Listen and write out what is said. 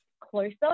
closer